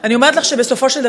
אני אומרת לך שבסופו של דבר,